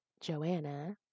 Joanna